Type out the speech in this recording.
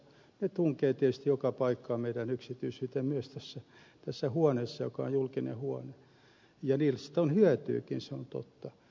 ne tunkevat tietysti joka paikkaan meidän yksityisyyteemme myös tässä huoneessa joka on julkinen huone ja on niistä hyötyäkin se on totta